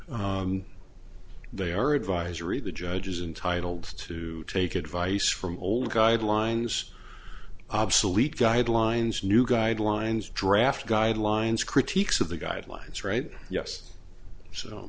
they are advisory the judges intitled to take advice from old guidelines obsolete guidelines new guidelines draft guidelines critiques of the guidelines right yes so